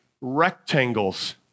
rectangles